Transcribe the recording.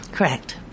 Correct